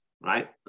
right